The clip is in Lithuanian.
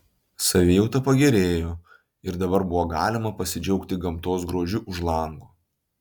savijauta pagerėjo ir dabar buvo galima pasidžiaugti gamtos grožiu už lango